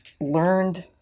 learned